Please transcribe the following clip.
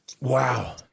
wow